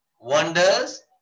wonders